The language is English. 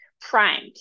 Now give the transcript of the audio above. primed